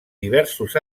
diversos